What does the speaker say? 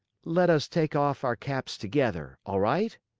let us take off our caps together. all right?